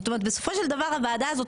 זאת אומרת בסופו של דבר הוועדה הזאת